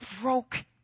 broke